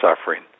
suffering